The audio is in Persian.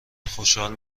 خوشحال